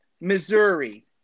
Missouri